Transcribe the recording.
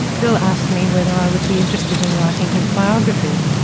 bill asked me whether i would be interested in writing his biography.